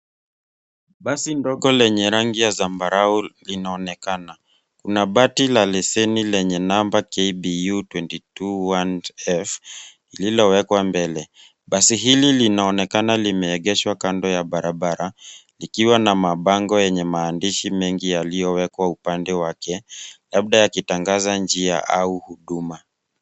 Basi ndogo lenye rangi ya zambarau linaonekana. Kuna bati la leseni lenye namba KBU 221F lililowekwa mbele. Basi hili linaonekana limeegeshwa kando ya barabara ikiwa na mabango yenye maandishi mengi yaliyowekwa upande wake labda yakitangaza njia au huduma.